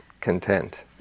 content